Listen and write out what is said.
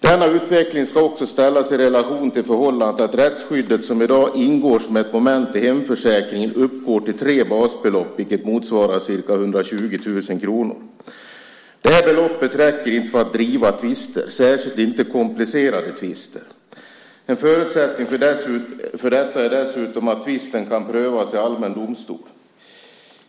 Denna utveckling ska också ställas i relation till förhållandet att rättsskyddet, som i dag ingår som ett moment i hemförsäkringen, uppgår till tre basbelopp, vilket motsvarar ca 120 000 kronor. Beloppet räcker inte för att driva tvister, särskilt inte komplicerade tvister. En förutsättning för detta är dessutom att tvisten kan prövas i allmän domstol.